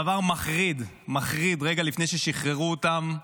דבר מחריד, מחריד, רגע לפני ששחררו אותן.